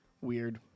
Weird